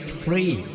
free